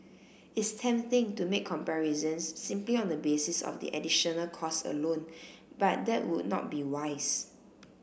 it's tempting to make comparisons simply on the basis of the additional cost alone but that would not be wise